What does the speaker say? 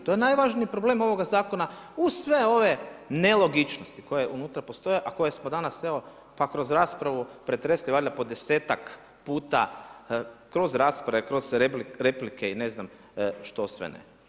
To je najvažniji problem ovoga zakona uz sve ove nelogičnosti koje unutra postoje, a koje smo danas evo pa kroz raspravu pretresli valjda po desetak puta kroz rasprave, kroz replike i ne znam što sve ne.